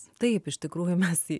taip iš tikrųjų mes